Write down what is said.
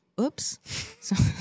Oops